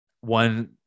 one